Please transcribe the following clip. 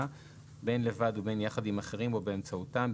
בין לבד ובין יחד עם אחרים או באמצעותם,